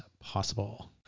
possible